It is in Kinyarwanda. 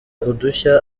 udushya